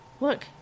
Look